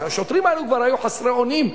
אז השוטרים האלה כבר היו חסרי אונים,